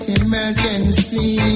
emergency